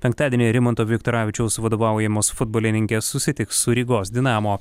penktadienį rimanto viktoravičiaus vadovaujamos futbolininkės susitiks su rygos dinamo